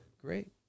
great